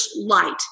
light